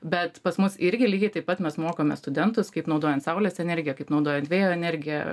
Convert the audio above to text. bet pas mus irgi lygiai taip pat mes mokome studentus kaip naudojant saulės energiją kaip naudojant vėjo energiją